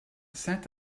saint